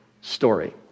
story